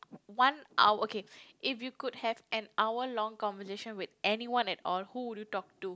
one hour okay if you could have an hour long conversation with anyone at all who would you talk to